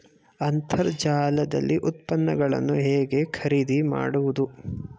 ಅಂತರ್ಜಾಲದಲ್ಲಿ ಉತ್ಪನ್ನಗಳನ್ನು ಹೇಗೆ ಖರೀದಿ ಮಾಡುವುದು?